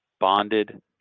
bonded